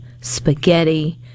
Spaghetti